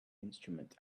instrument